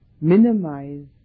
minimize